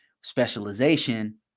specialization